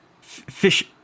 fish